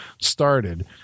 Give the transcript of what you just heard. Started